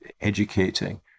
educating